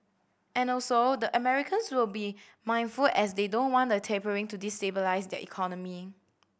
and also the Americans will be mindful as they don't want the tapering to destabilise their economy